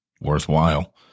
worthwhile